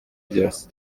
byose